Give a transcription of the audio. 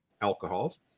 alcohols